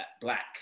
black